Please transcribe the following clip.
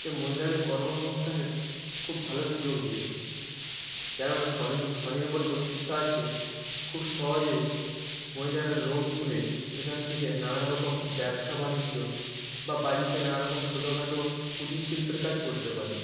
এতে মহিলাদের কর্মসংস্থানের খুব ভালো সুযোগ দিয়েছে কেননা স্বনির্ভ স্বনির্ভর গোষ্ঠীর সাহায্যে খুব সহজেই মহিলারা লোন তুলে সেখান থেকে নানা রকম ব্যবসা বাণিজ্য বা বাড়িতে নানা রকম ছোটো খাটো কুটির শিল্পের কাজ করতে পারবে